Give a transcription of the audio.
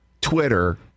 Twitter